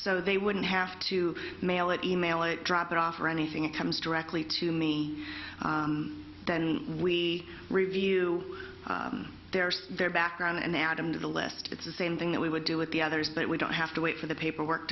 so they wouldn't have to mail it e mail it drop it off or anything it comes directly to me then we review their their background and add them to the list it's the same thing that we would do with the others but we don't have to wait for the paperwork